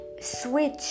switch